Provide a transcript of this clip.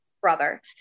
brother